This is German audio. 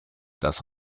das